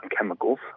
chemicals